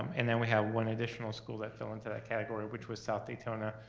um and then we have one additional school that fell into that category, which was south daytona,